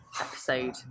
episode